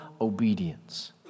obedience